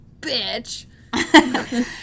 bitch